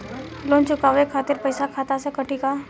Loan चुकावे खातिर पईसा खाता से कटी का?